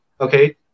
okay